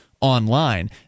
online